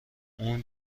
اون